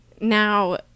now